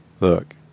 Look